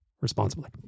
responsibly